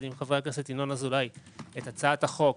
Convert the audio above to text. עם חבר הכנסת ינון אזולאי את הצעת החוק